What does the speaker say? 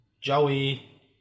Joey